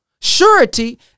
surety